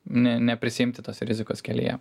ne neprisiimti tos rizikos kelyje